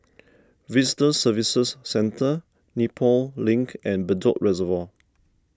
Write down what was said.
Visitor Services Centre Nepal Link and Bedok Reservoir